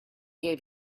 gave